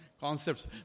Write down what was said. concepts